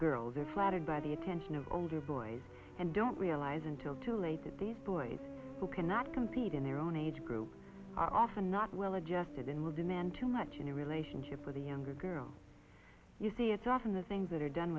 girls are flattered by the attention of older boys and don't realize until too late that these boys who cannot compete in their own age group are often not well adjusted and will demand too much in a relationship with a younger girl you see it's often the things that are done